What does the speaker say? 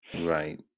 Right